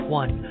one